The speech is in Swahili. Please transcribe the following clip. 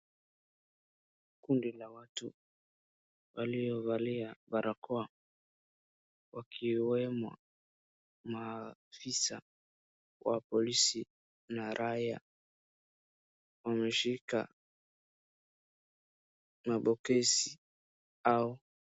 Kundi la watu waliovalia barakoa, wakiwemo maafisa wa polisi, na raia, wameshika mabokesi au.